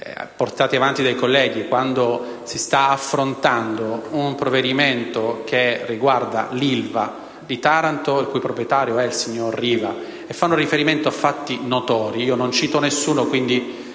portati avanti dai colleghi quando si sta affrontando un provvedimento che riguarda l'Ilva di Taranto, il cui proprietario è il signor Riva, e fanno riferimento a fatti notori (non cito nessuno)...